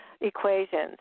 equations